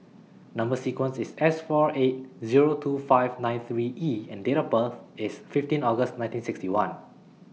Number sequence IS S four eight Zero two five nine three E and Date of birth IS fifteen August nineteen sixty one